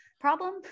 Problem